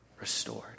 restored